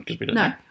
No